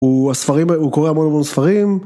הוא הספרים...הוא קורא המון המון ספרים